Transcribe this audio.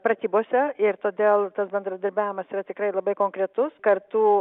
pratybose ir todėl tas bendradarbiavimas yra tikrai labai konkretus kartu